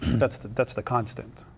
that's the that's the constant.